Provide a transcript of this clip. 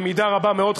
במידה רבה מאוד,